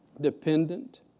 dependent